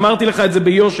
אמרתי לך את זה ביושר,